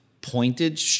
pointed